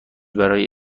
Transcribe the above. برای